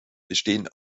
bestehen